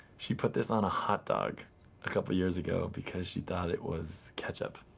she put this on a hot dog a couple years ago because she thought it was ketchup.